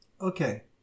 Okay